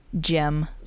Gem